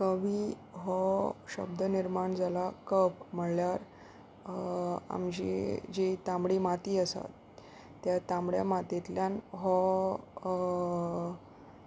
कवी हो शब्द निर्माण जाला कब म्हणळ्यार आमची जी तांबडी माती आसा त्या तांबड्या मातयंतल्यान हो